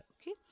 Okay